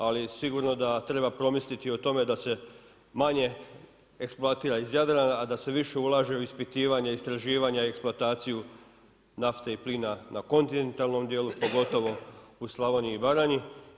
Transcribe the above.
Ali, sigurno da treba promisliti o tome, da se manje eksploatira iz Jadrana a da se više ulaže u ispitivanje, istraživanje, eksplatacije, nafte i plina na kontinentalnom dijelu, pogotovo u Slavoniji i Baranji.